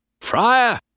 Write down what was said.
Friar